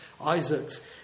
Isaac's